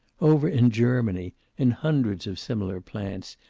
over in germany, in hundreds of similar plants,